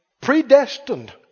predestined